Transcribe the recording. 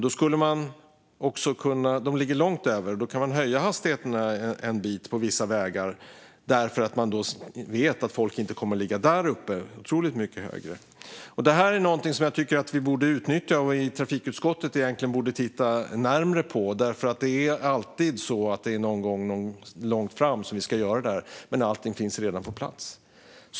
Då skulle man kunna höja hastigheterna en del på vissa vägar, för man vet att folk inte kommer att ligga otroligt mycket över. Detta är något som jag tycker att vi borde utnyttja och som trafikutskottet borde titta närmare på. Det handlar alltid om att vi ska göra detta någon gång långt fram, men tekniken finns ju redan på plats.